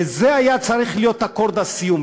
וזה היה צריך להיות אקורד הסיום.